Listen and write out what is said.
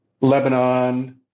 Lebanon